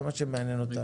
זה מה שמעניין אותנו.